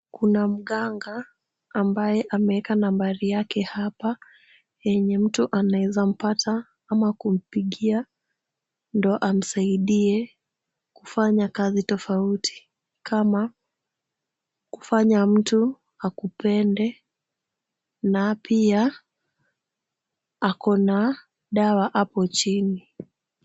Kuna mganga ambaye ameeka nambari yake hapa, yenye mtu anaweza mpata ama kumpigia ndio amsaidie kufanya kazi tofauti .Kama, kufanya mtu akupende, na pia ako na dawa apo chini.